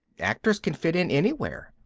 actors can fit in anywhere.